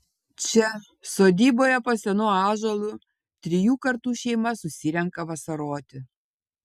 čia sodyboje po senu ąžuolu trijų kartų šeima susirenka vasaroti